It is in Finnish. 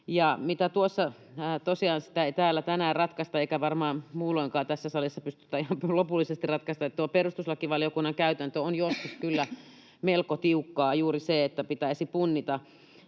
ei täällä tänään ratkaista eikä varmaan muulloinkaan tässä salissa pystytä ihan lopullisesti ratkaisemaan. Tuo perustuslakivaliokunnan käytäntö on joskus kyllä melko tiukkaa — juuri se, että pitäisi punnita